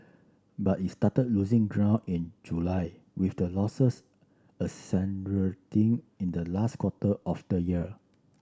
but it started losing ground in July with the losses in the last quarter of the year